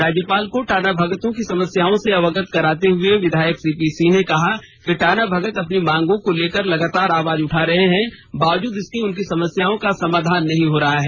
राज्यपाल को टाना भगतों की समस्याओं से अवगत कराते हुए विधायक सीपी सिंह ने कहा कि टाना भगत अपनी मांगों को लेकर लगातार आवाज उठा रहे हैं बावजूद इसके उनकी समस्याओं का समाधान नहीं हो रहा है